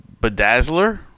bedazzler